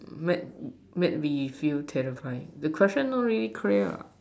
make make me feel terrifying the question not very clear ah